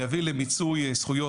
ויביא למיצוי זכויות,